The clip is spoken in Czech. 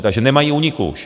Takže nemají úniku už.